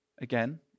again